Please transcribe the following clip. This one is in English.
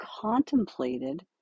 contemplated